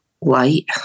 Light